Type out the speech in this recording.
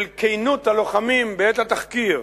של כנות הלוחמים בעת התחקיר.